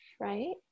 right